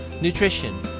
nutrition